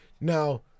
Now